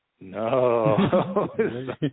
No